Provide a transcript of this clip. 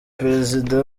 perezida